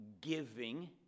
giving